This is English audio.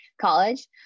college